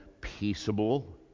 peaceable